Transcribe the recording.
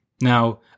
Now